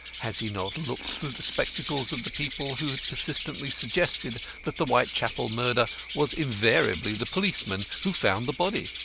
has he not looked through the spectacles of the people who persistently suggested that the whitechapel murderer was invariably the policeman who found the body?